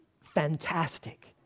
fantastic